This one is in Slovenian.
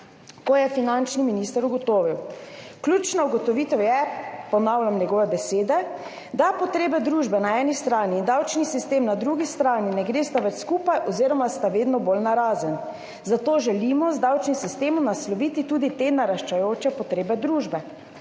ko je finančni minister ugotovil, ključna ugotovitev je, ponavljam njegove besede, »da potrebe družbe na eni strani, davčni sistem na drugi strani ne gresta več skupaj oziroma sta vedno bolj narazen, zato želimo z davčnim sistemom nasloviti tudi te naraščajoče potrebe družbe.